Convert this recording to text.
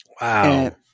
Wow